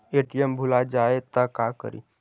ATM भुला जाये त का करि?